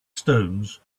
stones